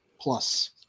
plus